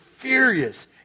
furious